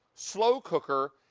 slow cooker,